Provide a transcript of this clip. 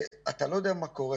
ואתה לא יודע מה קורה